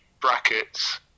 brackets